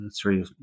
three